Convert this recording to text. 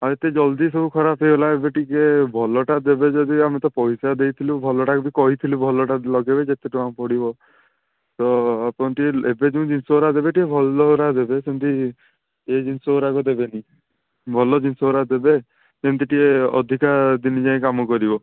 ଆଉ ଏତେ ଜଲ୍ଦି ସବୁ ଖରାପ ହେଇଗଲା ଏବେ ଟିକେ ଭଲଟା ଦେବେ ଯଦି ଆମେ ତ ପଇସା ଦେଇଥିଲୁ ଭଲଟା କହିଥିଲୁ ଭଲଟା ଲଗାଇବେ ଯେତେ ଟଙ୍କା ପଡ଼ିବ ତ ଆପଣ ଟିକେ ଏବେ ଯେଉଁ ଜିନିଷଗୁଡ଼ା ଦେବେ ଟିକେ ଭଲ ଗୁଡ଼ା ଦେବେ ଯେମିତି ଏ ଜିନିଷଗୁଡ଼ା ଦେବେନି ଭଲ ଜିନିଷଗୁଡ଼ା ଦେବେ ଯେମିତି ଟିକେ ଅଧିକା ଦିନ ଯାଏଁ କାମ କରିବ